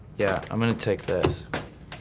yeah, i'm gonna take this.